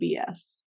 BS